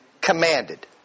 commanded